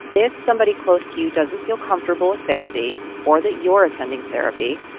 if somebody close to you doesn't feel comfortable with therapy or that you're attending therapy,